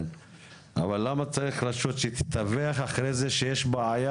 אבל למה צריך רשות שתתווך אחרי זה שיש בעיה